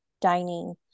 dining